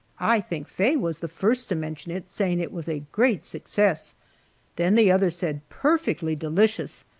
i think faye was the first to mention it, saying it was a great success then the others said perfectly delicious,